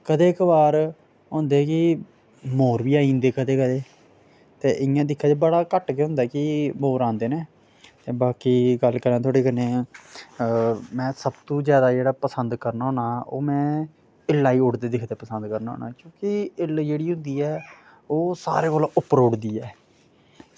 कदे कवार होंदे कि मोर बी आई जंदे कदे कदे ते इं'या दिक्खा जाए बड़ा घट्ट गै होंदा कि मोर आंदे न ते बाकी गल्ल करांऽ थोआढ़े कन्नै में सबतू जादै जेह्ड़ा पसंद करना होन्ना ओह् में ईल्लां गी उड़दे दिक्खदे पसंद करना होन्ना क्युंकि ईल्ल जेह्ड़ी होंदी ऐ ओह् सारें कोला उप्पर उड़दी ऐ